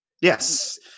Yes